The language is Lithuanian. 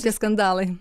tie skandalai